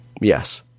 yes